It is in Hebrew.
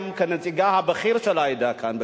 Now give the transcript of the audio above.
גם כנציגה הבכיר של העדה כאן בכנסת,